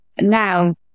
now